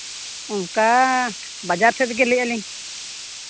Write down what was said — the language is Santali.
ᱚᱱᱠᱟ ᱵᱟᱡᱟᱨ ᱥᱮᱫ ᱨᱮᱜᱮ ᱞᱟᱹᱭᱮᱫᱼᱟᱹᱞᱤᱧ